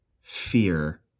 fear